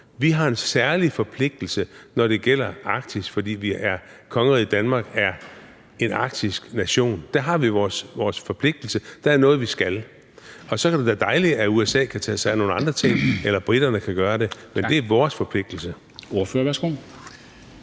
Vi har en særlig forpligtelse, når det gælder Arktis, fordi kongeriget Danmark er en arktisk nation – dér har vi vores forpligtelse; dér er der noget vi skal. Og så er det da dejligt, at USA kan tage sig af nogle andre ting, eller at briterne kan gøre det. Men det er vores forpligtelse. Kl.